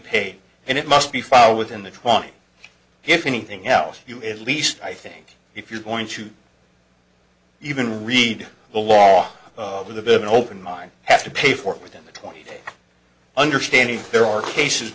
paid and it must be filed within the twenty if anything else you at least i think if you're going to even read the law with a bit of an open mind have to pay for it within the twenty day understanding there are cases